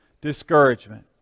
discouragement